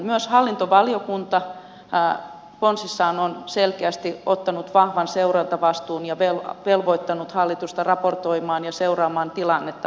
myös hallintovaliokunta ponsissaan on selkeästi ottanut vahvan seurantavastuun ja velvoittanut hallitusta raportoimaan ja seuraamaan tilannetta vahvasti